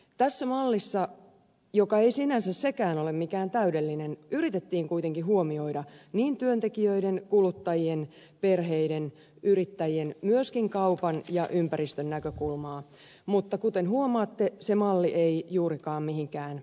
tässä mallissa joka ei sinänsä sekään ole mikään täydellinen yritettiin kuitenkin huomioida työntekijöiden kuluttajien perheiden yrittäjien myöskin kaupan ja ympäristön näkökulmaa mutta kuten huomaatte se malli ei juurikaan mihinkään edennyt